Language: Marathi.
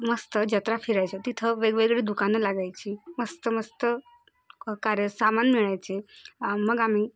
मस्त जत्रा फिरायचं तिथं वेगवेगळी दुकानं लागायची मस्त मस्त कार्य सामान मिळायचे मग आम्ही